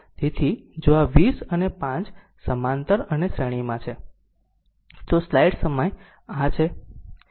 તેથી જો આ 20 અને 5 સમાંતર અને શ્રેણીમાં છે તો સ્લાઈડ સમય આ છે